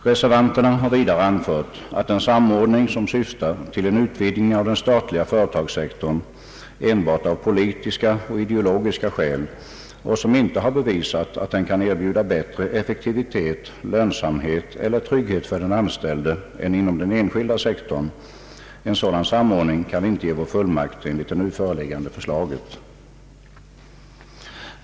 Reservanterna har vidare anfört att en samordning, som syftar till en utvidgning av den statliga företagssektorn enbart av politiska och ideologiska skäl utan att det är bevisat att man kan erbjuda bättre effektivitet, lönsamhet eller trygghet för den anställde än inom den enskilda sektorn, inte kan få vår fullmakt enligt det nu föreliggande förslaget.